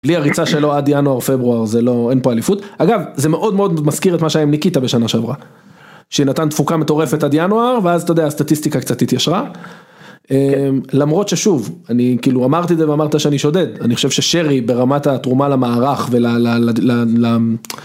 בלי הריצה שלו עד ינואר פברואר זה לא... אין פה אליפות. אגב, זה מאוד מאוד מזכיר את מה שהיה עם ניקיטה בשנה שעברה. שנתן תפוקה מטורפת עד ינואר, ואז אתה יודע הסטטיסטיקה קצת התיישרה, למרות ששוב, אני כאילו אמרתי את זה ואמרת שאני שודד, אני חושב ששרי ברמת התרומה למערך ול...